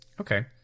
Okay